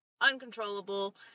uncontrollable